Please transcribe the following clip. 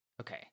Okay